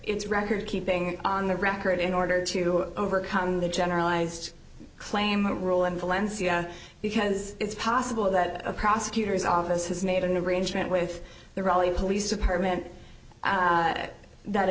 its record keeping on the record in order to overcome the generalized claim roland palencia because it's possible that a prosecutor's office has made an arrangement with the raleigh police department that